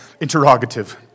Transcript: interrogative